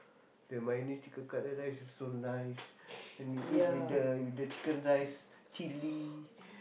the mayonnaise chicken cutlet rice is so nice then you eat with the with the chicken rice chili